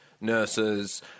nurses